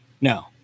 no